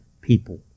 people